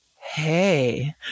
hey